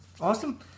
Awesome